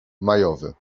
majowy